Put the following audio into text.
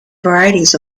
varieties